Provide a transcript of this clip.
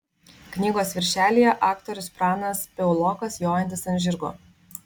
knygos viršelyje aktorius pranas piaulokas jojantis ant žirgo